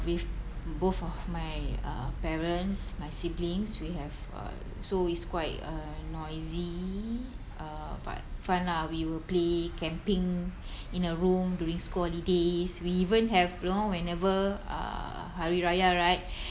with both of my uh parents my siblings we have uh so it's quite uh noisy uh but fun lah we will play camping in a room during school holidays we even have you know whenever uh hari raya right